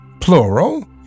Plural